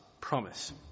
promise